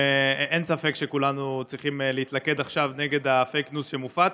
אין ספק שכולנו צריכים להתלכד עכשיו נגד הפייק ניוז שמופץ.